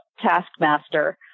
taskmaster